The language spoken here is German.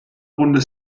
runde